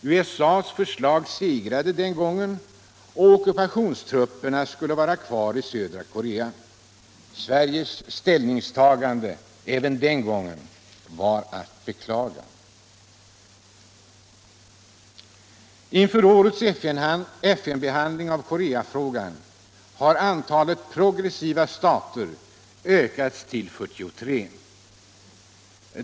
USA:s förslag segrade — ockupationstrupperna skulle vara kvar i södra Korea. Sveriges ställningstagande var även den gången att beklaga. Inför årets FN-behandling av Koreafrågan hade antalet progressiva stater ökat till 43.